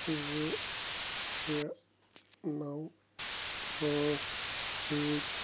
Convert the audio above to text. زٕ شےٚ نَو پانٛژھ سۭتۍ